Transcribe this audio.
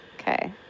Okay